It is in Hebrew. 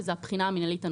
וזו הבחינה המינהלית הנוספת.